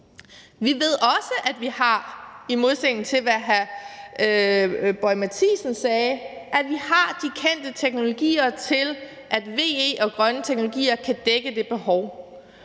Mathiesen sagde – har de kendte teknologier til, at VE og grønne teknologier kan dække det behov.